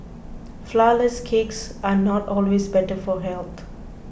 Flourless Cakes are not always better for health